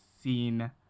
seen